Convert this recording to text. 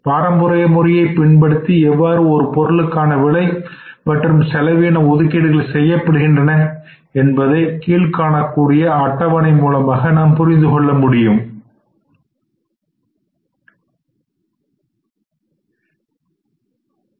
பாரம்பரிய முறையை பயன்படுத்தி எவ்வாறு ஒரு பொருளுக்கான விலை மற்றும் செலவின ஒதுக்கீடுகள் செய்யப்படுகின்றன என்பதை கீழ் காணக்கூடிய அட்டவணை மூலமாக புரிந்துகொள்ளுங்கள்